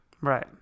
Right